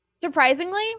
Surprisingly